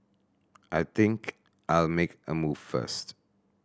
I think I'll make a move first